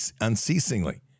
unceasingly